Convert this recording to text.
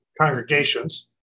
congregations